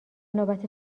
نوبت